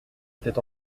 était